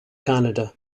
canada